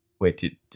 wait